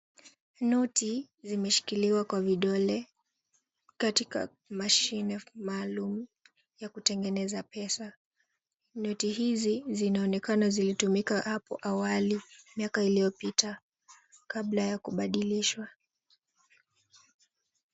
Noti zimeshikiliwa kwa vidole katika mashine maalum ya kutengeneza pesa. Noti hizi zinaonekana zilitumika hapo awali miaka iliyopita kabla ya kubadilishwa.